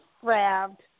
grabbed